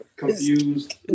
Confused